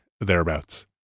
thereabouts